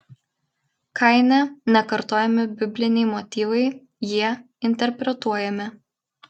kaine nekartojami bibliniai motyvai jie interpretuojami